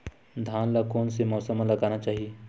धान ल कोन से मौसम म लगाना चहिए?